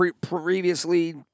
previously